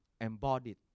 embodied